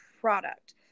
product